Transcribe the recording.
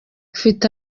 mfite